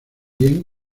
bien